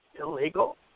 illegal